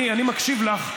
אני מקשיב לך,